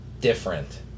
different